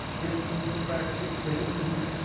kidney, hip fractures, brain tumors,